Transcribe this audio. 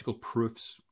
proofs